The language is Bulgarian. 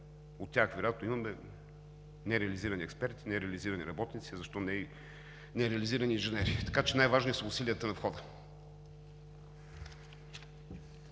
От тях вероятно имаме нереализирани експерти, нереализирани работници, защо не и нереализирани инженери, така че най-важни са усилията на входа.